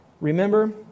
remember